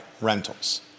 rentals